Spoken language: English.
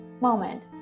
moment